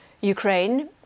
Ukraine